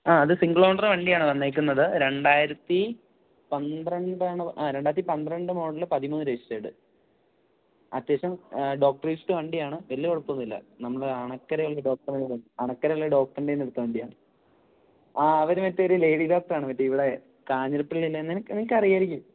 അത് single owner വണ്ടിയാണ് വന്നിരിക്കുന്നത് രണ്ടായിരത്തി പന്ത്രണ്ടാണോ രണ്ടായിരത്തി പന്ത്രണ്ട് മോഡല് പതിമൂന്ന് രജിസ്ട്രേഡ് അത്യാവശ്യം ഡോക്ടർ യൂസ്ഡ് വണ്ടിയാണ് വലിയ കുഴപ്പമൊന്നുമില്ല നമ്മുടെ അണക്കരയുള്ള ഡോക്ടര് അണക്കരയുള്ളൊരു ഡോക്ടറിൻ്റെ കയ്യില് നിന്നെടുത്ത വണ്ടിയാണ് ആഹ് അവര് മറ്റേ ഒരു ലേഡി ഡോക്ടറാണ് മറ്റേ ഇവിടെ കാഞ്ഞിരപ്പള്ളിയിലെ തന്നെ നിങ്ങള്ക്ക് അറിയാമായിരിക്കും